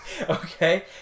Okay